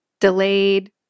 delayed